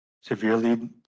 severely